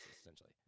essentially